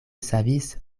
savis